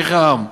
כשליחי העם,